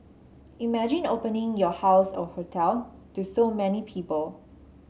imagine opening your house or hotel to so many people